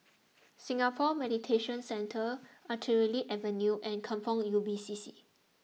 Singapore Mediation Centre Artillery Avenue and Kampong Ubi C C